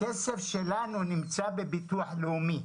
הכסף שלנו נמצא בביטוח לאומי.